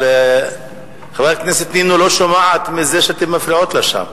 אבל חברת הכנסת נינו לא שומעת כשאתן מפריעות לה שם.